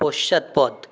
পশ্চাৎপদ